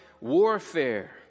warfare